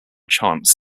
chants